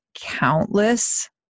countless